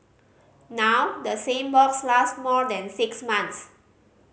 now the same box last more than six months